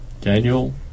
Daniel